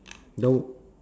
no